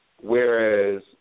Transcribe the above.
Whereas